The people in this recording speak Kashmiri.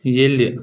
ییٚلہِ